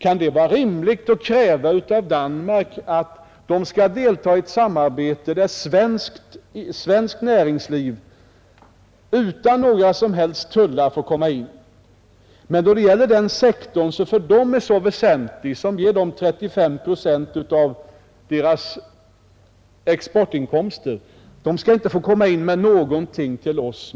Kan det vara rimligt att kräva att Danmark skall deltaga i ett samarbete där svenskt näringsliv utan några som helst tullar får komma in, men där danskarna — när det gäller den sektor som är så väsentlig för dem och som ger dem 35 procent av deras exportinkomster — inte skall få föra in någonting till oss?